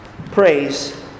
Praise